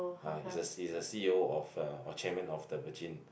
ah he's a C he's a C_E_O of uh or Chairman of the Virgin